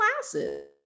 classes